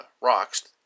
rocks